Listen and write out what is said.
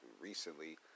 recently